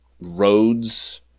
roads